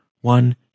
one